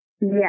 Yes